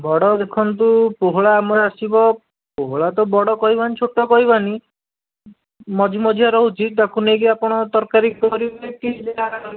ବଡ଼ ଦେଖନ୍ତୁ ପୋହଳା ଆମର ଆସିବ ପୋହଳା ତ ବଡ଼ କହିବାନି ଛୋଟ କହିବାନି ମଝି ମଝିଆ ରହୁଛି ତାକୁ ନେଇକି ଆପଣ ତରକାରି କରିବେ କି ଯାହା କରିବେ